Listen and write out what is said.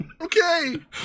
Okay